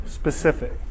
specific